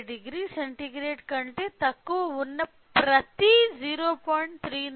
50 centigrade కంటే తక్కువ ఉన్న ప్రతి 0